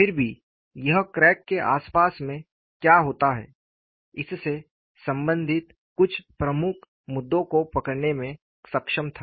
फिर भी यह क्रैक के आसपास में क्या होता है इससे संबंधित कुछ प्रमुख मुद्दों को पकड़ने में सक्षम था